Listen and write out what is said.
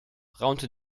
raunte